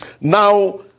Now